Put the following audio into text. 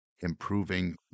improving